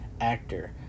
actor